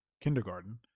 kindergarten